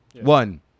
One